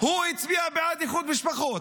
הוא הצביע בעד איחוד משפחות.